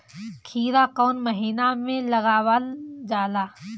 खीरा कौन महीना में लगावल जाला?